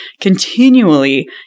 continually